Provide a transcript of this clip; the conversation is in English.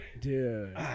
Dude